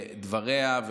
לדברים,